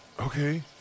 Okay